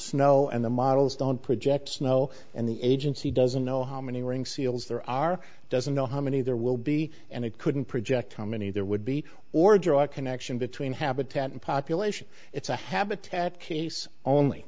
snow and the models don't project snow and the agency doesn't know how many ring seals there are doesn't know how many there will be and it couldn't project how many there would be or draw a connection between habitat and population it's a habitat case only